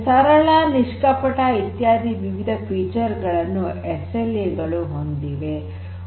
ಸರಳ ನಿಷ್ಕಪಟ ಇತ್ಯಾದಿ ವಿವಿಧ ವೈಶಿಷ್ಟ್ಯಗಳನ್ನು ಎಸ್ಎಲ್ಎ ಗಳು ಹೊಂದಿವೆ